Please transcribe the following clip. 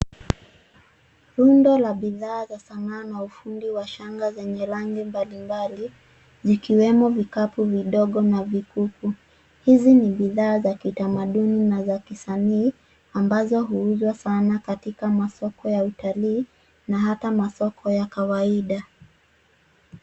Rundo la bidhaa za sanaa na ufundi wa shanga zenye rangi mbalimbali, zikiwemo vikapu vidogo na vikuku. Hizi ni bidhaa za kitamaduni na za kisanii ambazo huuzwa sana katika masoko ya utalii na hata masoko ya kawaida.